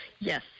Yes